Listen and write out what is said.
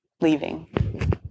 leaving